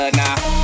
nah